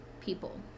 people